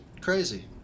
crazy